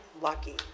lucky